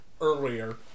earlier